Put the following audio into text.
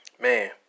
Man